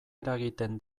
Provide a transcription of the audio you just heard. eragiten